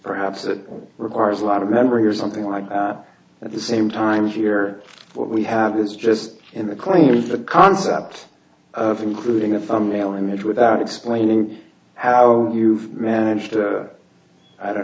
perhaps that requires a lot of memory or something like that at the same time here what we have is just in the cli the concept of including a thumbnail image without explaining how you've managed to i don't